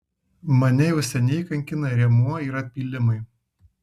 mane jau seniai kankina rėmuo ir atpylimai